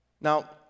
Now